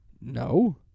No